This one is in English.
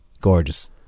Gorgeous